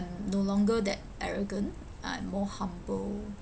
I'm no longer that arrogant I'm more humble